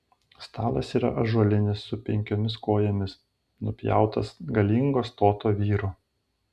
stalas yra ąžuolinis su penkiomis kojomis nupjautas galingo stoto vyro